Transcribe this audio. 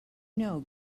know